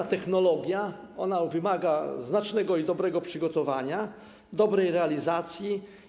Ta technologia, jak każda, wymaga znacznego i dobrego przygotowania, dobrej realizacji.